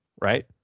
right